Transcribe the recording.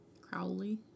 Crowley